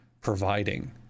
providing